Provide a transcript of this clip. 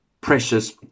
precious